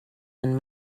and